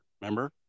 remember